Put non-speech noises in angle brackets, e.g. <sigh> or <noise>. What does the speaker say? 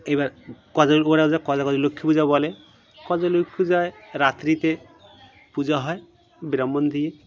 এ বার <unintelligible> কোজাগরী লক্ষ্মী পূজা বলে কজ লক্ষ্মী পূজায় রাত্রিতে পুজো হয় ব্রাহ্মণ দিয়ে